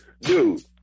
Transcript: dude